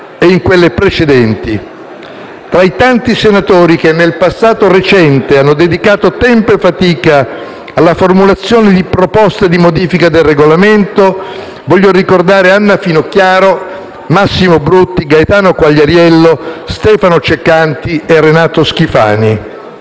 e in quelle precedenti. Tra i tanti senatori che nel passato recente hanno dedicato tempo e fatica alla formulazione di proposte di modifica del Regolamento voglio ricordare: Anna Finocchiaro, Massimo Brutti, Gaetano Quagliariello, Stefano Ceccanti e Renato Schifani.